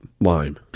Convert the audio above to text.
lime